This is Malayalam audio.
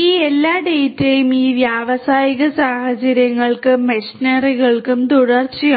ഈ എല്ലാ ഡാറ്റയും ഈ വ്യാവസായിക സാഹചര്യങ്ങൾക്കും മെഷിനറികൾക്കും തുടർച്ചയായി